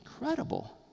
incredible